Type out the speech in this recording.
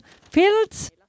fields